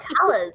colors